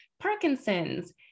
Parkinson's